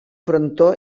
frontó